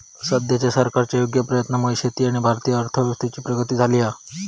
सद्याच्या सरकारच्या योग्य प्रयत्नांमुळे शेती आणि भारतीय अर्थव्यवस्थेची प्रगती झाली हा